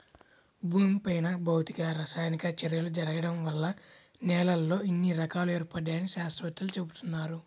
భూమిపైన అనేక భౌతిక, రసాయనిక చర్యలు జరగడం వల్ల నేలల్లో ఇన్ని రకాలు ఏర్పడ్డాయని శాత్రవేత్తలు చెబుతున్నారు